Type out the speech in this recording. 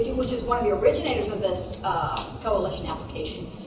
which is one of the originators of this coalition application